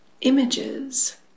images